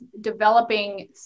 developing